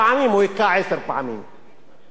לא אמרת את זה אף פעם על אף שופט שפסק,